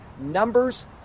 numbers